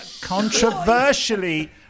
Controversially